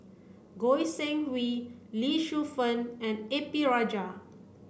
Goi Seng Hui Lee Shu Fen and A P Rajah